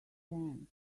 band